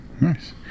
nice